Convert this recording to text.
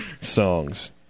songs